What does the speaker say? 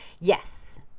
Yes